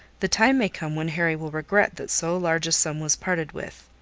the time may come when harry will regret that so large a sum was parted with.